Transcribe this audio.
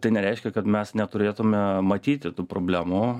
tai nereiškia kad mes neturėtume matyti tų problemų